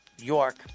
York